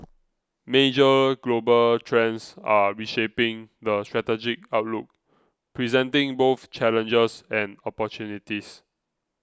major global trends are reshaping the strategic outlook presenting both challenges and opportunities